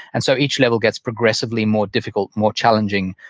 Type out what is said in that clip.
and so each level gets progressively more difficult, more challenging,